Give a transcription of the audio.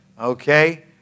okay